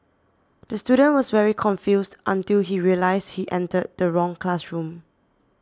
the student was very confused until he realised he entered the wrong classroom